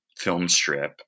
Filmstrip